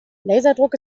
laserdruck